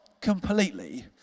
completely